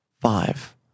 Five